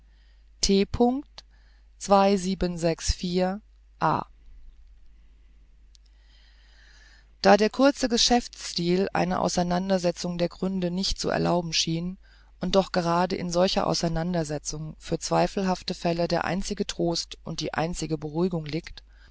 a da der kurze geschäftsstyl eine auseinandersetzung der gründe nicht zu erlauben schien und doch grade in solcher auseinandersetzung für zweifelhafte fälle der einzige trost und die einzige beruhigung liegt